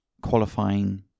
qualifying